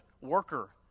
worker